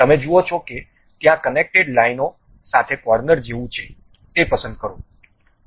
તમે જુઓ છો કે ત્યાં કનેક્ટેડ લાઇનો સાથે કોર્નર જેવું છે તે પસંદ કરો